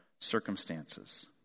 circumstances